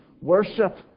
worship